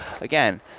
again